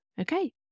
Okay